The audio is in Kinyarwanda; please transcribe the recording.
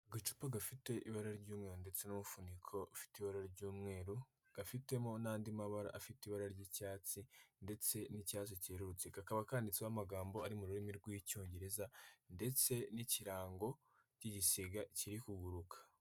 Agacupa gafite ibara ry'umweru ndetse n'umufuniko ufite ibara ry'umweru, gafitemo n'andi mabara afite ibara ry'icyatsi, ndetse n'icyatsi kerurutse, kakaba kanditseho amagambo ari mu rurimi rw'icyongereza ndetse n'ikirango cy'igisiga kiri kuguruka.